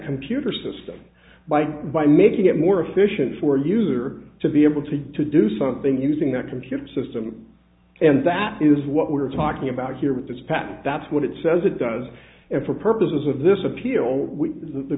computer system by by making it more efficient for user to be able to to do something using that computer system and that is what we're talking about here with this patent that's what it says it does and for purposes of this appeal the